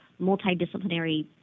multidisciplinary